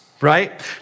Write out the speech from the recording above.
right